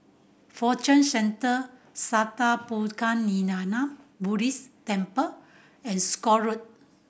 Fortune Centre Sattha Puchaniyaram Buddhist Temple and Scott Road